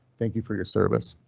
thank you for your service.